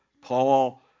Paul